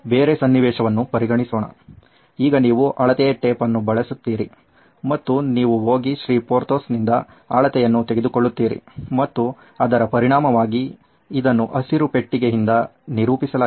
ಬೇರೆ ಸನ್ನಿವೇಶವನ್ನು ಪರಿಗಣಿಸೋಣ ಈಗ ನೀವು ಅಳತೆ ಟೇಪ್ ಅನ್ನು ಬಳಸುತ್ತೀರಿ ಮತ್ತು ನೀವು ಹೋಗಿ ಶ್ರೀ ಪೊರ್ಥೋಸ್ನಿಂದ ಅಳತೆಯನ್ನು ತೆಗೆದುಕೊಳ್ಳುತ್ತೀರಿ ಮತ್ತು ಅದರ ಪರಿಣಾಮವಾಗಿ ಇದನ್ನು ಹಸಿರು ಪೆಟ್ಟಿಗೆಯಿಂದ ನಿರೂಪಿಸಲಾಗಿದೆ